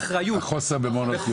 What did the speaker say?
באחריות --- החוסר במעונות יום.